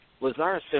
Lazarus